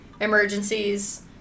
emergencies